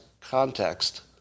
context